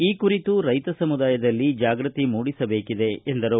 ಈ ಕುರಿತು ರೈತ ಸಮುದಾಯದಲ್ಲಿ ಜಾಗೃತಿ ಮೂಡಿಸಬೇಕಿದೆ ಎಂದರು